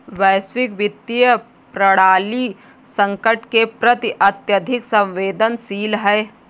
वैश्विक वित्तीय प्रणाली संकट के प्रति अत्यधिक संवेदनशील है